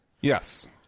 Yes